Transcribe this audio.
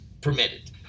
permitted